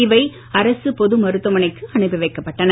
இவை அரசு பொது மருத்துவமனைக்கு அனுப்பி வைக்கப்பட்டன